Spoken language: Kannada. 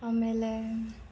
ಆಮೇಲೆ